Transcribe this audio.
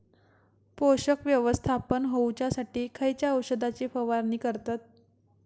पोषक व्यवस्थापन होऊच्यासाठी खयच्या औषधाची फवारणी करतत?